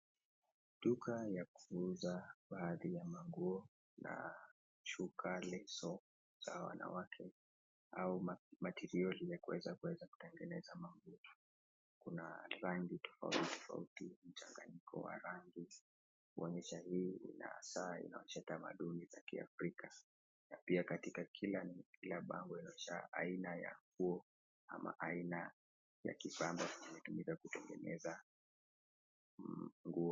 Duka ya kuuza baadhi ya manguo na shuka leso za wanawake au material ya kuweza kuweza kutengeneza nguo. Kuna rangi tofauti tofauti, mchanganyiko wa rangi unaonyesha hii ina asili inaonyesha tamaduni za Kiafrika. Na pia katika kila bango inaonyesha aina ya nguo ama aina ya kipambo kinatumika kutengeneza nguo.